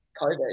covid